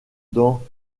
dans